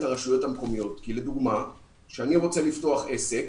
הרשויות המקומיות כי לדוגמה כשאני רוצה לפתוח עסק,